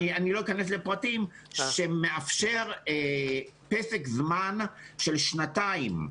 אני לא אכנס לפרטים שמאפשר פסק זמן של שנתיים,